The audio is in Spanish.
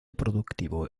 productivo